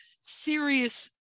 serious